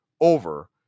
over